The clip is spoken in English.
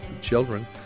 children